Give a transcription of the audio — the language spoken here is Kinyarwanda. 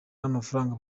n’amafaranga